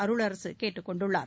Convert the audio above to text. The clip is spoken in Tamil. அருளரசு கேட்டுக் கொண்டுள்ளார்